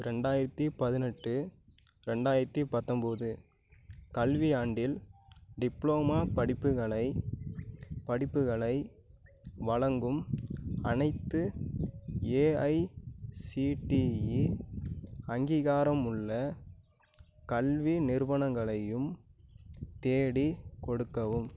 ரெண்டாயிரத்தி பதினெட்டு ரெண்டாயிரத்தி பத்தொம்போது கல்வி ஆண்டில் டிப்ளோமா படிப்புகளை படிப்புகளை வழங்கும் அனைத்து ஏஐசிடிஇ அங்கீகாரம் உள்ள கல்வி நிறுவனங்களையும் தேடிக் கொடுக்கவும்